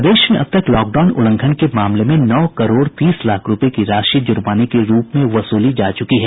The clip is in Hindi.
प्रदेश में अब तक लॉकडाउन उल्लंघन के मामले में नौ करोड़ तीस लाख रूपये की राशि ज़ुर्माने के रूप में वसूली जा चुकी है